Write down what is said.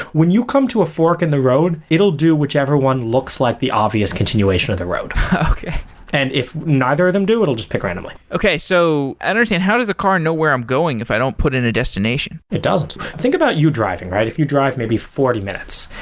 when you come to a fork in the road, it'll do whichever one looks like the obvious continuation of the road okay and if neither of them do, it'll just pick randomly okay. so understand, how does the car know where i'm going if i don't put in a destination? it doesn't. think about you driving, right? if you drive maybe forty minutes.